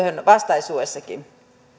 vastaisuudessakin